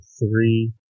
three